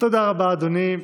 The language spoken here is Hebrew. תודה רבה, אדוני.